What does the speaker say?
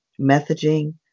messaging